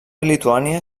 lituània